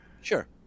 Sure